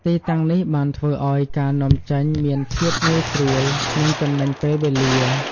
ទីតាំងនេះបានធ្វើឱ្យការនាំចេញមានភាពងាយស្រួល និងចំណេញពេលវេលា។